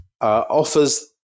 offers